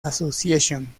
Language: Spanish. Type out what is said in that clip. association